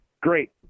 Great